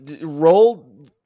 Roll